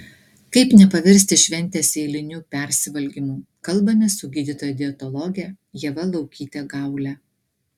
kaip nepaversti šventės eiliniu persivalgymu kalbamės su gydytoja dietologe ieva laukyte gaule